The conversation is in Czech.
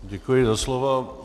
Děkuji za slovo.